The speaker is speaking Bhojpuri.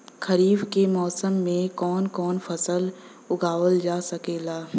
खरीफ के मौसम मे कवन कवन फसल उगावल जा सकेला?